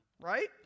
right